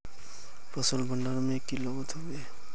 फसल भण्डारण में की लगत होबे?